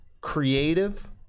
creative